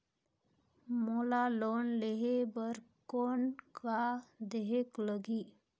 मोला लोन लेहे बर कौन का देहेक लगही?